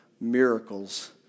miracles